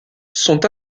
sont